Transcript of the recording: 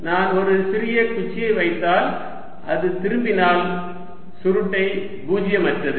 நான் ஒரு சிறிய குச்சியை வைத்தால் அது திரும்பினால் சுருட்டை பூஜ்ஜியமற்றது